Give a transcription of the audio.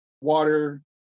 water